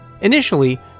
Initially